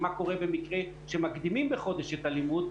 אבל מה קורה במקרה שמקדימים בחודש את הלימוד,